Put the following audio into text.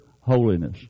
holiness